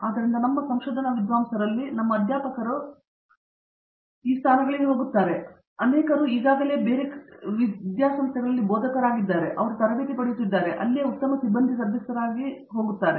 ಆದ್ದರಿಂದ ನಮ್ಮ ಸಂಶೋಧನಾ ವಿದ್ವಾಂಸರಲ್ಲಿ ನಮ್ಮ ಅಧ್ಯಾಪಕರು ಈ ಸ್ಥಾನಗಳಿಗೆ ಹೋಗುತ್ತಾರೆ ಅವರಲ್ಲಿ ಅನೇಕರು ಈಗಾಗಲೇ ಬೋಧಕರಾಗಿದ್ದಾರೆ ಮತ್ತು ಅವರು ತರಬೇತಿ ಪಡೆಯುತ್ತಿದ್ದಾರೆ ಮತ್ತು ಅವರು ಅಲ್ಲಿಯೇ ಉತ್ತಮ ಸಿಬ್ಬಂದಿ ಸದಸ್ಯರಾಗಿ ಹಿಂತಿರುಗಿ ಹೋಗುತ್ತಾರೆ